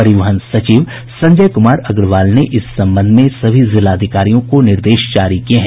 परिवहन सचिव संजय कुमार अग्रवाल ने इस संबंध में सभी जिलाधिकारियों को निर्देश जारी किये हैं